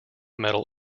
metal